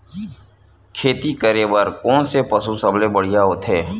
खेती करे बर कोन से पशु सबले बढ़िया होथे?